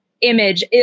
image